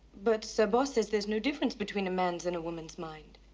but sir boss says there's no difference between a man's and a woman's mind.